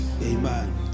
Amen